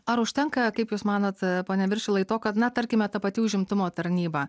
ar užtenka kaip jūs manot pone viršilai to kad na tarkime ta pati užimtumo tarnyba